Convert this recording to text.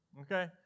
okay